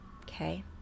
okay